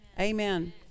Amen